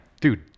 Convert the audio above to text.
Dude